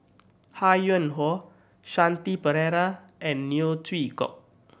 Ho Yuen Hoe Shanti Pereira and Neo Chwee Kok